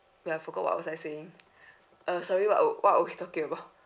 wait I forgot what was I saying uh sorry what are w~ what are we talking about